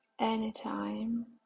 anytime